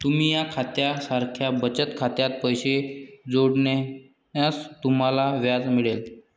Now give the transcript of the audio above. तुम्ही या खात्या सारख्या बचत खात्यात पैसे जोडल्यास तुम्हाला व्याज मिळेल